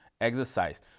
exercise